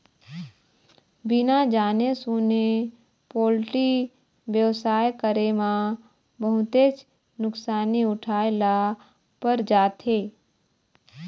बिना जाने सूने पोल्टी बेवसाय करे म बहुतेच नुकसानी उठाए ल पर जाथे